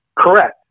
Correct